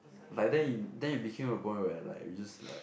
like then it then it became a point where like we just like